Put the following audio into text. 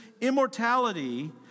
immortality